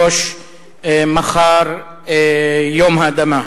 ראשון הדוברים, חבר הכנסת אחמד טיבי,